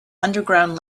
underground